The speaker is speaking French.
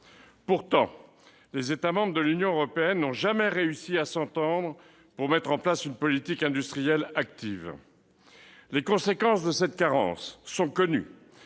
Pourtant, les États membres de l'Union européenne n'ont jamais réussi à s'entendre pour mettre en place une politique industrielle active. Les conséquences de cette carence sont connues